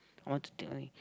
I want to take like